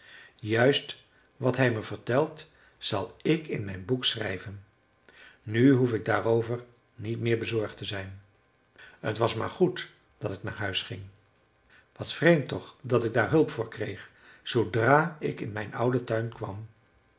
juist wat hij me vertelt zal ik in mijn boek schrijven nu hoef ik daarover niet meer bezorgd te zijn t was maar goed dat ik naar huis ging wat vreemd toch dat ik daar hulp voor kreeg zoodra ik in mijn ouden tuin kwam